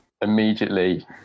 immediately